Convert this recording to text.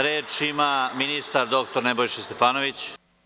Reč ima ministar dr Nebojša Stefanović.